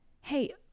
hey